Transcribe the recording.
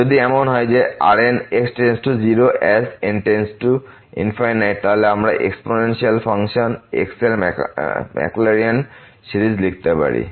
যদি এমন হয় Rnx→ 0 as n→∞ তাহলে আমরা এক্সপোনেনশিয়াল ফাংশন x এর ম্যাকল্যাউরিন সিরিজ লিখতে পারি